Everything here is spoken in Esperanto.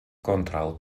kontraŭ